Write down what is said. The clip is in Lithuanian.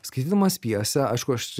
skaitydamas pjesę aišku aš